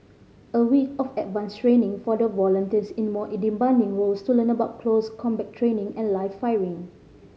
a week of advanced training for volunteers in more in demanding roles to learn about close combat training and live firing